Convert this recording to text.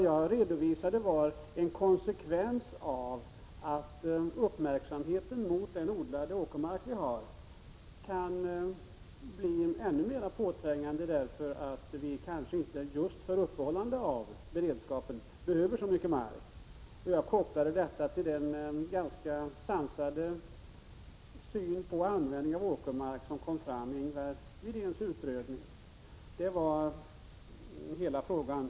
Jag redovisade en konsekvens av att uppmärksamheten vad gäller vår odlade åkermark kan bli ännu mer påträngande än den är därför att vi inte, just för upprätthållandet av beredskapen, behöver så mycket åkermark. Jag kopplade detta till den ganska sansade syn på användningen av åkermark som kom fram i Widéns utredning. — Det var hela saken!